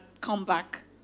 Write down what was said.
comeback